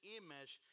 image